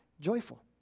joyful